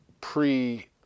pre